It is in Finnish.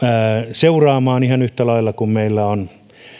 seuraamaan ihan yhtä lailla kuin meillä on